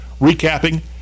Recapping